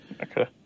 Okay